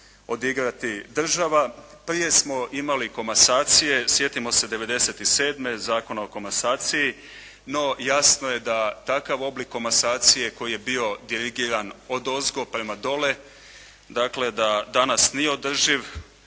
odigrati država. Prije smo imali komasacije. Sjetimo se '97. Zakona o komasaciji. No, jasno je da takav oblik komasacije koji je bio dirigiran odozgo prema dole, dakle da danas nije održiv,